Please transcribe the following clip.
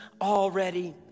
already